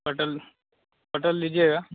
कटहल कटहल लीजिएगा